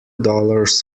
dollars